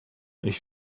ich